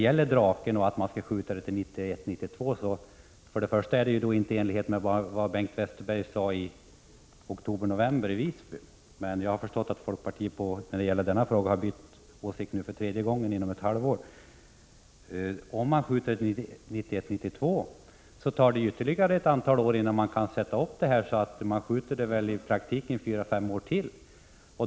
Förslaget att uppsättandet av en fjärde Drakendivision skall skjutas till 1991 92 tar det ytterligare ett antal år innan uppsättandet kan ske, varför det i praktiken uppskjuts fyra fem år till.